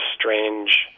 strange